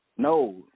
No